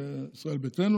זה ישראל ביתנו,